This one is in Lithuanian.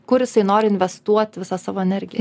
kur jisai nori investuot visą savo energiją